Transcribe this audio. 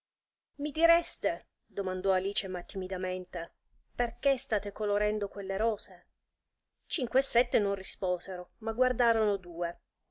mi direste domandò alice ma timidamente perchè state colorendo quelle rose cinque e sette non risposero ma guardarono due